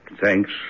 thanks